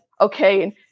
okay